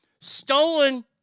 Stolen